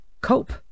cope